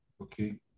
okay